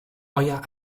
euer